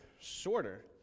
shorter